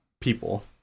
people